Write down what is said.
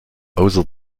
außer